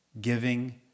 giving